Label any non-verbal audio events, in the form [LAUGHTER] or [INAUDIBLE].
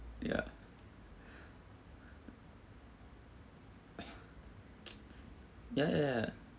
ya [NOISE] ya ya ya ya